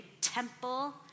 Temple